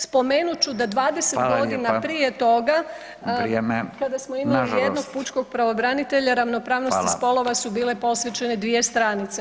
Spomenut ću da 20 godina prije toga kada smo imali jednog pučkog pravobranitelja ravnopravnosti spolova su bile posvećene dvije stranice.